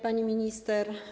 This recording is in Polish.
Pani Minister!